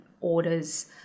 orders